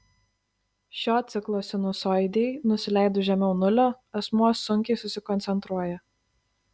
šio ciklo sinusoidei nusileidus žemiau nulio asmuo sunkiai susikoncentruoja